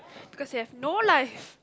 because you have no life